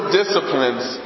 disciplines